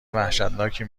وحشتناکی